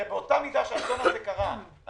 אתה רוצה להשיב על זה?